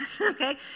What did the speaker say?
Okay